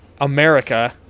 America